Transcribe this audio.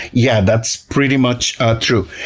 yeah, that's pretty much ah true.